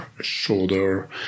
shoulder